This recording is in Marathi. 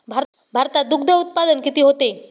भारतात दुग्धउत्पादन किती होते?